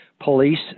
police